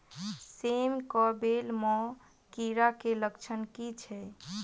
सेम कऽ बेल म कीड़ा केँ लक्षण की छै?